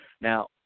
Now